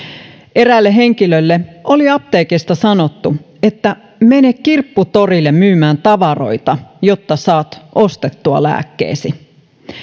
eräälle henkilölle oli apteekista sanottu että mene kirpputorille myymään tavaroita jotta saat ostettua lääkkeesi